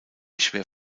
schwer